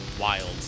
wild